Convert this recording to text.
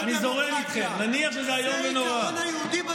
זה העיקרון היהודי בדמוקרטיה.